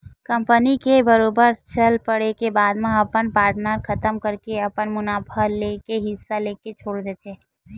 company के बरोबर चल पड़े के बाद अपन पार्टनर खतम करके अपन मुनाफा लेके हिस्सा लेके छोड़ देथे